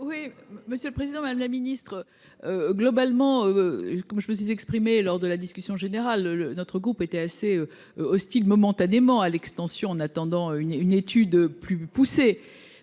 Oui, monsieur le président, madame la ministre. Globalement. Comme je me suis exprimé lors de la discussion générale le notre groupe était assez hostile momentanément à l'extension en attendant une une étude plus poussée